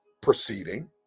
proceeding